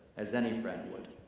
as any friend would.